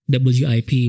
wip